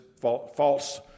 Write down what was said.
false